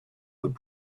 would